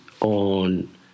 on